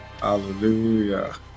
hallelujah